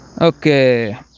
Okay